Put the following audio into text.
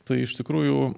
tai iš tikrųjų